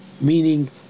meaning